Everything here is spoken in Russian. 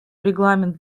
регламент